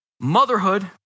motherhood